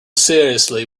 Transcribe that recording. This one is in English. seriously